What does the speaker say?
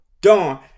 Dawn